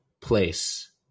place